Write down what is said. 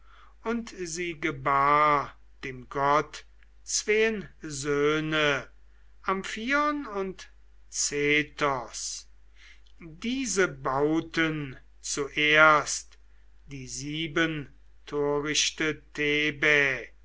und sie gebar dem gott zween söhne amphion und zethos diese bauten zuerst die siebentorichte